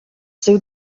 seu